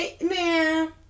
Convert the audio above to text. man